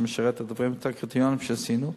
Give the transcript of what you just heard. שמשרתים את הקריטריונים שעשינו,